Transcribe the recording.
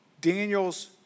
Daniel's